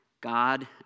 God